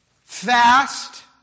fast